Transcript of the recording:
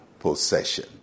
possession